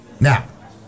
Now